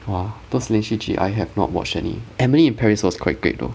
!wah! those 连续剧 I have not watch any emily in paris was quite good though